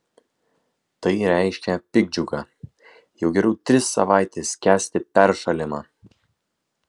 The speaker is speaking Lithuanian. tai reiškia piktdžiugą jau geriau tris savaites kęsti peršalimą